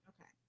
Okay